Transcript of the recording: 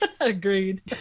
Agreed